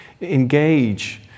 engage